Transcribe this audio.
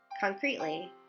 concretely